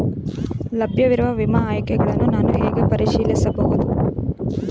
ಲಭ್ಯವಿರುವ ವಿಮಾ ಆಯ್ಕೆಗಳನ್ನು ನಾನು ಹೇಗೆ ಪರಿಶೀಲಿಸಬಹುದು?